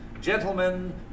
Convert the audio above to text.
Gentlemen